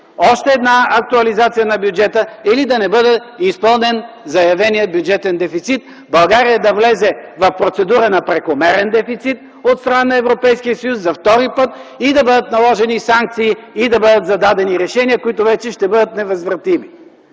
още една актуализация на бюджета или да не бъде изпълнен заявения бюджетен дефицит, България да влезе в процедура на прекомерен дефицит от страна на Европейския съюз, за втори път – и да бъдат наложени санкции, и да бъдат зададени решения, които вече ще бъдат невъзвратими.